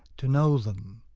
to know them.